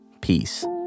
Peace